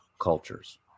cultures